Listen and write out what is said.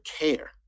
care